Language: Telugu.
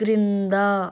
క్రింద